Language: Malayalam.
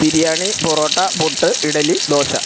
ബിരിയാണി പൊറോട്ട പുട്ട് ഇഡ്ഡലി ദോശ